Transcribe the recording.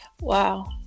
Wow